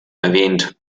erwähnt